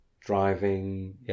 driving